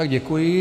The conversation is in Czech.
Děkuji.